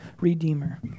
Redeemer